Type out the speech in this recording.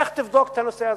לך תבדוק את הנושא הזה.